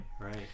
right